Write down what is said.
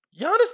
Giannis